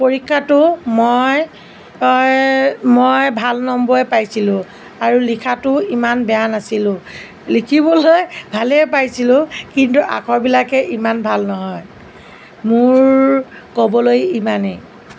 পৰীক্ষাতো মই মই ভাল নম্বৰে পাইছিলোঁ আৰু লিখাতো ইমান বেয়া নাছিলোঁ লিখিবলৈ ভালেই পাইছিলোঁ কিন্তু আখৰবিলাকহে ইমান ভাল নহয় মোৰ ক'বলৈ ইমানেই